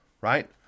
right